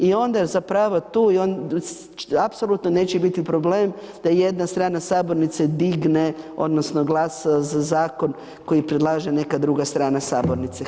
I onda zapravo tu apsolutno neće biti problem da jedna strane sabornice digne odnosno glasa za zakon koji predlaže neka druga strana sabornice.